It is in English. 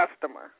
customer